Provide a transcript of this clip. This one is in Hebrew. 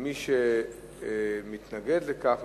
ומי שמתנגד לכך,